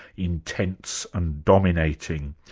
intense and dominating.